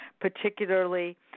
particularly